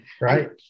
right